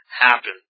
happen